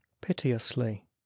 piteously